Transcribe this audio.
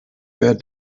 wer